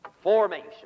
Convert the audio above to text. formation